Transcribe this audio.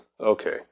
Okay